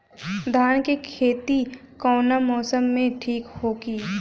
धान के खेती कौना मौसम में ठीक होकी?